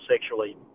sexually